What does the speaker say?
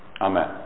Amen